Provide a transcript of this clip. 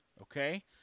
Okay